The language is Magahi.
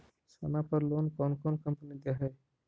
सोना पर लोन कौन कौन कंपनी दे है?